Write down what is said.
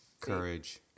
Courage